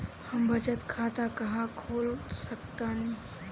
हम बचत खाता कहां खोल सकतानी?